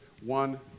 One